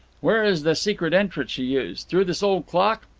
where is the secret entrance you use? through this old clock?